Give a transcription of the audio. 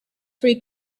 free